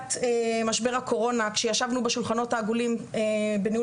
שבתחילת משבר הקורונה כשישבנו בשולחנות העגולים בניהול